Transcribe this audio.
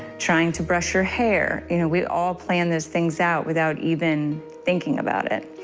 trying to brush your hair. you know, we all plan those things out without even thinking about it.